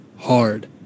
hard